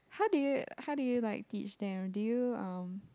how do you how do you like teach them do you um